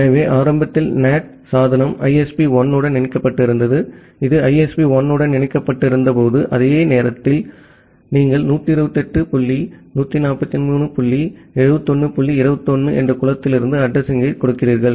எனவே ஆரம்பத்தில் NAT சாதனம் ISP 1 உடன் இணைக்கப்பட்டிருந்தது இது ISP 1 உடன் இணைக்கப்பட்டிருந்தபோது அந்த நேரத்தில் நீங்கள் 128 143 dot 71 dot 21 என்ற குளத்திலிருந்து அட்ரஸிங்யைக் கொடுக்கிறீர்கள்